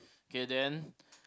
okay then